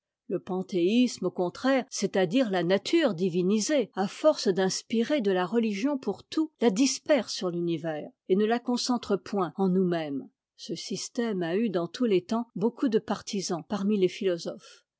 le panthéisme au contraire c'est-àdire la nature divinisée à force d'inspirer de la religion pour tout la disperse sur l'univers et ne la concentre point en nous-mêmes ce système a eu dans tous les temps beaucoup de partisans parmi les philosophes